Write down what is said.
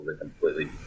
completely